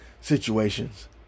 situations